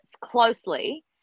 closely